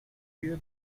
you